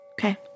Okay